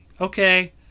okay